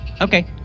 Okay